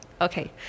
Okay